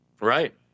Right